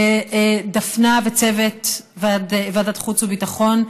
לדפנה וצוות ועדת החוץ והביטחון,